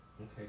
Okay